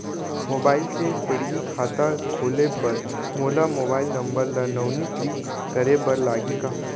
Mobile से पड़ही खाता खोले बर मोला मोबाइल नंबर ल नवीनीकृत करे बर लागही का?